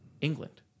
England